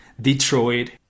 Detroit